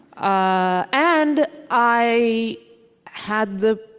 ah and i had the